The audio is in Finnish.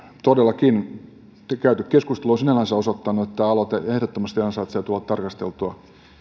todellakin käyty keskustelu on sinällänsä osoittanut että aloite ehdottomasti ansaitsee tulla tarkastelluksi